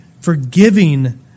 forgiving